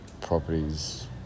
properties